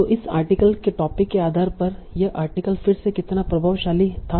तो इस आर्टिकल के टोपिक के आधार पर यह आर्टिकल फिर से कितना प्रभावशाली था